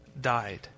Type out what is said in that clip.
died